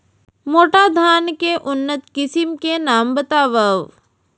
मोटा धान के उन्नत किसिम के नाम बतावव?